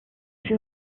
fut